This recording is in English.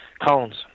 cones